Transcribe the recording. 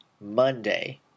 monday